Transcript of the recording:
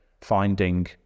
finding